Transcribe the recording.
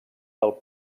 del